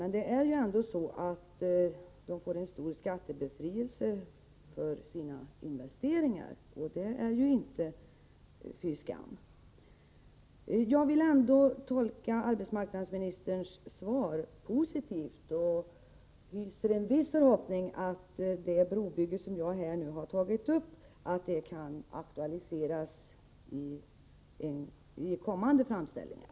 Men det är ju ändå så att Volvo får en stor skattebefrielse för sina investeringar, och det är ju inte fy skam. Jag vill ändå tolka arbetsmarknadsministerns svar positivt och hyser en viss förhoppning att det brobygge som jag har tagit upp kan aktualiseras i kommande framställningar.